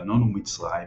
לבנון ומצרים,